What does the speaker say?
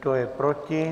Kdo je proti?